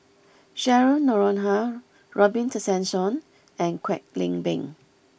Cheryl Noronha Robin Tessensohn and Kwek Leng Beng